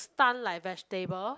stun like vegetable